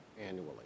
annually